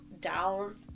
down